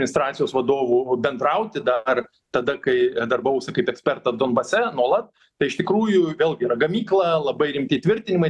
administracijos vadovu bendrauti dar tada kai darbavausi kaip ekspertas donbase nuolat tai iš tikrųjų vėl yra gamykla labai rimti tvirtinimai